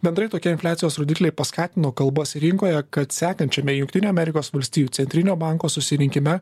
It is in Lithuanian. bendrai tokie infliacijos rodikliai paskatino kalbas rinkoje kad sekančiame jungtinių amerikos valstijų centrinio banko susirinkime